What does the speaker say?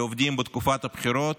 לעובדים בתקופת הבחירות,